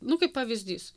nu kaip pavyzdys